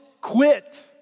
quit